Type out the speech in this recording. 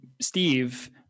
Steve